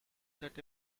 that